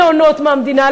מעונות מהמדינה.